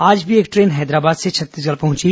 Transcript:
आज भी एक ट्रेन हैदराबाद से छत्तीसगढ़ पहुंची